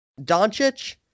Doncic